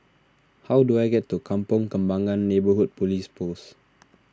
how do I get to Kampong Kembangan Neighbourhood Police Post